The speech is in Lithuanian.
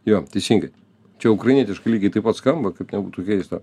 jo teisingai čia ukrainietiškai lygiai taip pat skamba kaip būtų keista